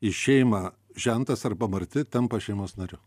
į šeimą žentas arba marti tampa šeimos nariu